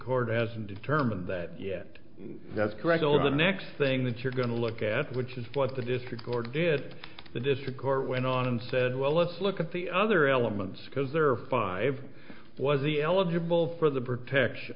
court hasn't determined that yet that's correct all of the next thing that you're going to look at which is what the district court did the district court went on and said well let's look at the other elements because there are five was the eligible for the protection